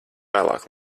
vēlāk